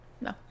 No